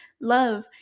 love